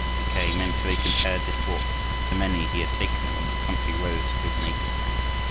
mackay mentally compared this walk to many he had taken along the country roads of his native land.